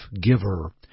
giver